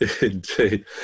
Indeed